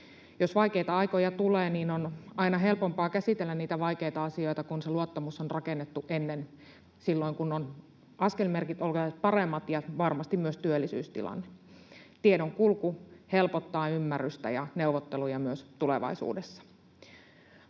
Jos vaikeita aikoja tulee, niin on aina helpompaa käsitellä niitä vaikeita asioita, kun se luottamus on rakennettu ennen — silloin, kun askelmerkit ovat paremmat ja varmasti myös työllisyystilanne. Tiedonkulku helpottaa ymmärrystä ja neuvotteluja myös tulevaisuudessa.